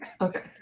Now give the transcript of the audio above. Okay